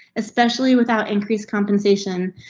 especially without increased compensation,